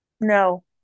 No